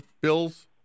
bills